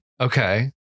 Okay